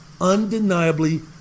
undeniably